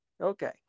Okay